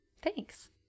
Thanks